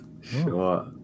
Sure